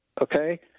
okay